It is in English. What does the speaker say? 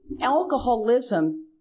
alcoholism